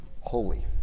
holy